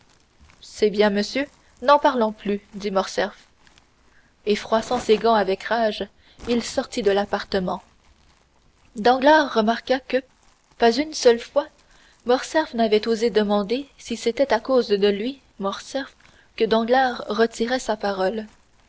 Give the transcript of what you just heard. c'est bien monsieur n'en parlons plus dit morcerf et froissant ses gants avec rage il sortit de l'appartement danglars remarqua que pas une seule fois morcerf n'avait osé demander si c'était à cause de lui morcerf que danglars retirait sa parole